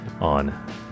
on